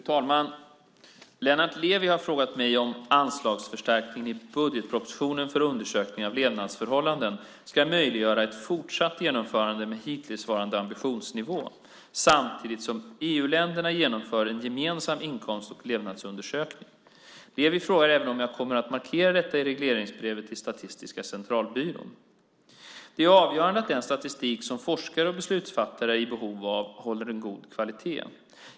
Fru talman! Lennart Levi har frågat mig om anslagsförstärkningen i budgetpropositionen för Undersökningen av levnadsförhållanden, ULF, ska möjliggöra ett fortsatt genomförande med hittillsvarande ambitionsnivå, samtidigt som EU-länderna genomför en gemensam inkomst och levnadsnivåundersökning, EU-SILC. Levi frågar även om jag kommer att markera detta i regleringsbrevet till Statistiska centralbyrån, SCB. Det är avgörande att den statistik som forskare och beslutsfattare är i behov av håller en god kvalitet.